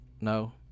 no